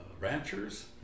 ranchers